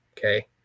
Okay